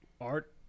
art